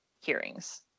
hearings